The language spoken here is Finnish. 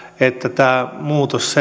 että tämä muutos